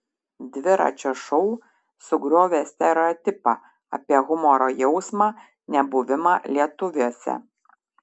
dviračio šou sugriovė stereotipą apie humoro jausmą nebuvimą lietuviuose